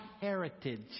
heritage